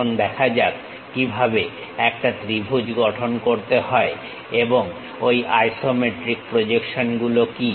এখন দেখা যাক কিভাবে একটা ত্রিভুজ গঠন করতে হয় এবং ঐ আইসোমেট্রিক প্রজেকশন গুলো কি